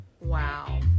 Wow